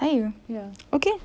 saya okay